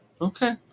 Okay